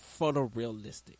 photorealistic